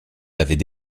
l’avait